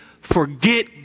forget